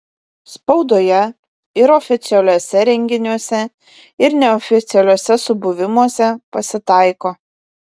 spaudoje ir oficialiuose renginiuose ir neoficialiuose subuvimuose pasitaiko